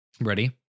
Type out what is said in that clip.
Ready